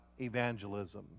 evangelism